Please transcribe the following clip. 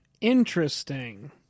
Interesting